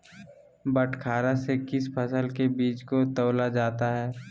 बटखरा से किस फसल के बीज को तौला जाता है?